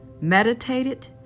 meditated